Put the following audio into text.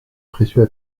précieux